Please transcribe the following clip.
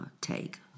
take